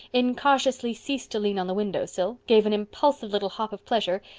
incautiously ceased to lean on the window sill, gave an impulsive little hop of pleasure.